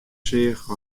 seach